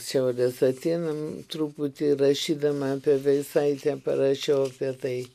šiaurės atėnam truputį rašydama apie veisaitę parašiau apie tai